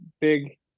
big